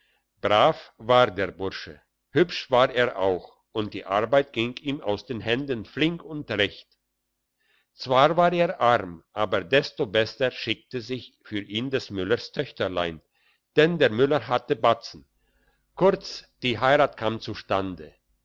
brav war der bursche hübsch war er auch und die arbeit ging ihm aus den händen flink und recht zwar war er arm aber desto besser schickte sich für ihn des müllers töchterlein denn der müller hatte batzen kurz die heirat kam zustande